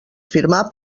firmar